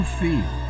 feel